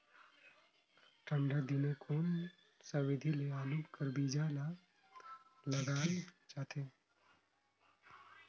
ठंडा दिने कोन सा विधि ले आलू कर बीजा ल लगाल जाथे?